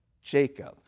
Jacob